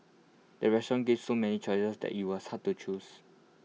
the restaurant gave so many choices that IT was hard to choose